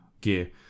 gear